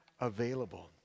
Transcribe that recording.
available